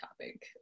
topic